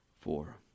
four